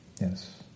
Yes